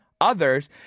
others